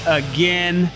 again